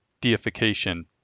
deification